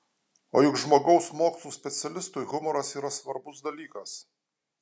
o juk žmogaus mokslų specialistui humoras yra svarbus dalykas